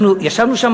ישבנו שם,